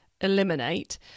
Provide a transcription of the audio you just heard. eliminate